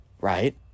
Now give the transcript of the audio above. right